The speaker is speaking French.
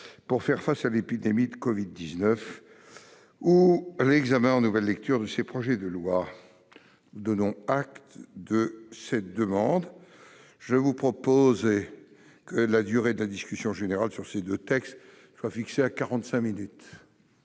pour faire face à l'épidémie de Covid-19 ou l'examen en nouvelle lecture de ces projets de loi. Nous lui donnons acte de cette demande. Je propose que la durée de la discussion générale sur ces deux textes soit fixée à quarante-cinq